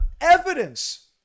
evidence